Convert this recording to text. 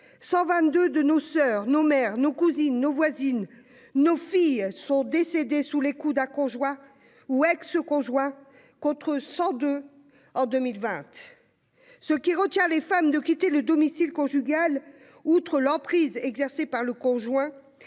122 de nos soeurs, de nos mères, de nos cousines, de nos voisines, de nos filles sont décédées sous les coups d'un conjoint ou ex-conjoint, contre 102 en 2020. Ce qui retient les femmes de quitter le domicile conjugal, outre l'emprise exercée par le conjoint,